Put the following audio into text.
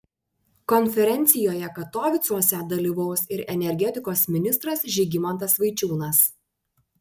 konferencijoje katovicuose dalyvaus ir energetikos ministras žygimantas vaičiūnas